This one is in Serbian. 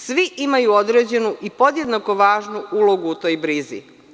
Svi imaju određenu i podjednako važnu ulogu u toj brizi.